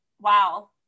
Wow